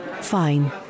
Fine